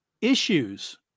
issues